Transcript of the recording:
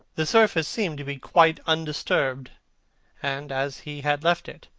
the surface seemed to be quite undisturbed and as he had left it.